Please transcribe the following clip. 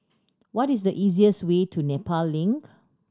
what is the easiest way to Nepal Link